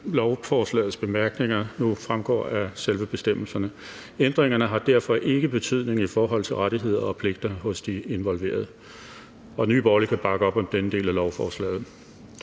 lovforslagets bemærkninger, nu fremgår af selve bestemmelserne. Ændringerne har derfor ikke betydning i forhold til rettigheder og pligter hos de involverede, og Nye Borgerlige kan bakke op om denne del af lovforslaget.